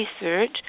Research